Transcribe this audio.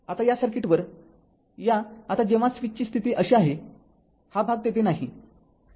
आता या सर्किटवर याआता जेव्हा स्विचची स्थिती अशी आहे हा भाग तेथे नाही